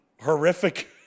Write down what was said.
horrific